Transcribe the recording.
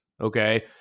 okay